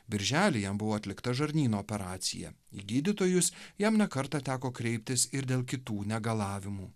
birželį jam buvo atlikta žarnyno operacija į gydytojus jam ne kartą teko kreiptis ir dėl kitų negalavimų